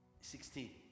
sixteen